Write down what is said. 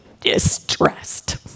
distressed